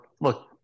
look